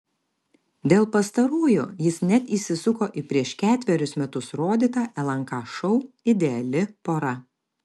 dėl pastarųjų jis net įsisuko į prieš ketverius metus rodytą lnk šou ideali pora